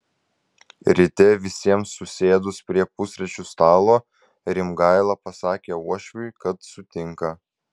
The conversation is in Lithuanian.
ryte visiems susėdus prie pusryčių stalo rimgaila pasakė uošviui kad sutinka